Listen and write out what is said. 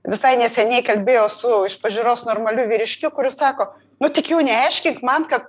visai neseniai kalbėjau su iš pažiūros normaliu vyriškiu kuris sako nu tik jau neaiškink man kad